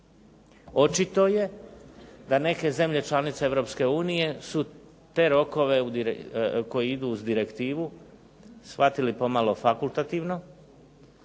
Očito je da neke zemlje članice Europske unije su te rokove koji idu uz direktivu shvatili pomalo fakultativno,